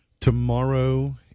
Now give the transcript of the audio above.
Tomorrow